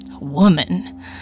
woman